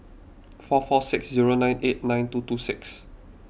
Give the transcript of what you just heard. four four six zero nine eight nine two two six